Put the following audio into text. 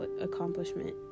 accomplishment